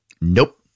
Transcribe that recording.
Nope